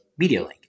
MediaLink